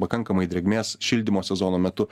pakankamai drėgmės šildymo sezono metu